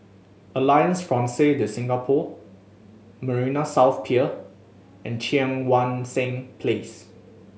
Alliance Francaise De Singapour Marina South Pier and Cheang Wan Seng Place